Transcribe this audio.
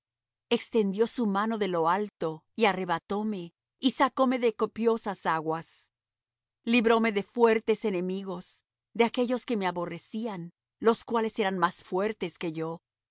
extendió su mano de lo alto y arrebatóme y sacóme de copiosas aguas libróme de fuertes enemigos de aquellos que me aborrecían los cuales eran más fuertes que yo